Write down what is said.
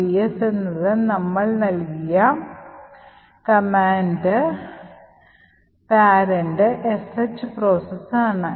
"ps" എന്നത് നമ്മൾ നൽകിയ കമാൻഡ് രക്ഷകർത്താവ് "sh" പ്രോസസ് ആണ്